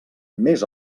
més